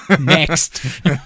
Next